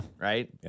Right